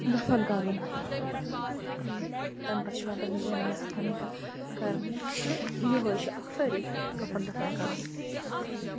دَفَن کَرُن تَمہِ پَتہٕ چھِ یِوان تٔمِس جِنازٕ خٲنی کرنہٕ تہٕ یِہوے چھُ اکھ طریٖقہٕ کَفَن دَفَن کَرُن